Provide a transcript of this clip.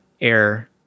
air